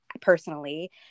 personally